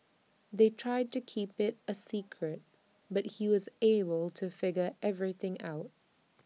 they tried to keep IT A secret but he was able to figure everything out